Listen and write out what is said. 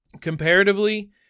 comparatively